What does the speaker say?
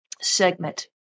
segment